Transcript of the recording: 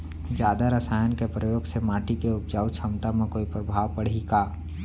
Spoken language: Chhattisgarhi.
जादा रसायन के प्रयोग से माटी के उपजाऊ क्षमता म कोई प्रभाव पड़ही का?